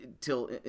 till